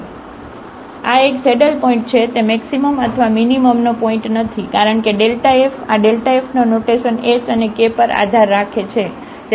તેથી આ એક સેડલ પોઇન્ટ છે તે મેક્સિમમ અથવા મીનીમમનો પોઇન્ટ નથી કારણ કે આ f આ fનો નોટેશન h અને k પર આધાર રાખે છે